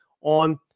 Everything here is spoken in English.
on